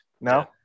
No